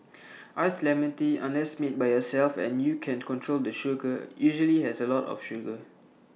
Iced Lemon Tea unless made by yourself and you can control the sugar usually has A lot of sugar